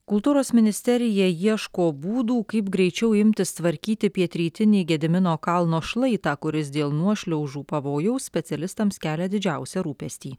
kultūros ministerija ieško būdų kaip greičiau imtis tvarkyti pietrytinį gedimino kalno šlaitą kuris dėl nuošliaužų pavojaus specialistams kelia didžiausią rūpestį